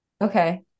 okay